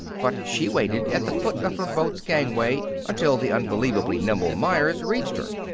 but she waited at the foot of her boat's gangway until the unbelievably nimble meyers reached her